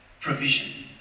provision